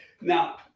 now